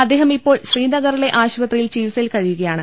അദ്ദേഹം ഇപ്പോൾ ശ്രീനഗറിലെ ആശുപത്രിയിൽ ചികിത്സയിൽ കഴിയുകയാണ്